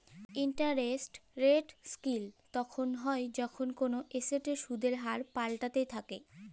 interest rate risk তখল হ্যয় যখল কল এসেটের সুদের হার পাল্টাইতে থ্যাকে